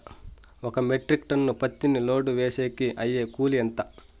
ఒక metric ton పత్తిని load వేసేకి అయ్యే కూలి ఎంత?